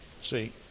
See